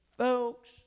Folks